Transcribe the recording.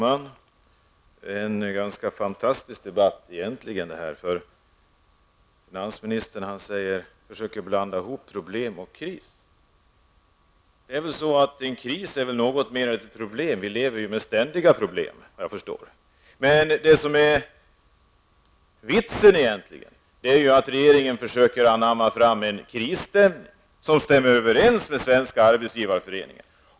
Fru talman! Det här är egentligen en ganska fantastisk debatt. Finansministern försöker blanda ihop problem och kris. Men det är väl så att en kris är något mer än ett problem; vi lever ju efter vad jag har förstått med ständiga problem. Det som egentligen är vitsen är ju att regeringen försöker anamma fram en krisstämning, som stämmer överens med uttalanden från Svenska arbetsgivareföreningen.